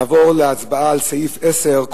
נעבור להצבעה על סעיף 10,